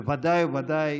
וודאי וודאי